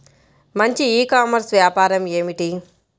మంచి e commerce వ్యాపారం ఏమిటీ?